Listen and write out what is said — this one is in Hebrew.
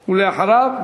ואחריו,